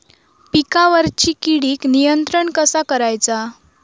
पिकावरची किडीक नियंत्रण कसा करायचा?